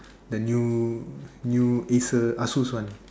the new new Acer Asus one